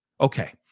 Okay